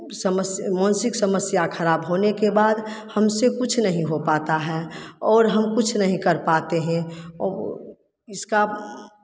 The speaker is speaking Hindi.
समस्या मानसिक समस्या खराब होने के बाद हमसे कुछ नहीं हो पाता है और हम कुछ नहीं कर पाते हैं इसका